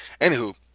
Anywho